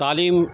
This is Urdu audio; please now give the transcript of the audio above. تعلیم